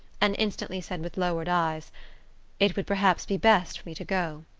and instantly said with lowered eyes it would perhaps be best for me to go.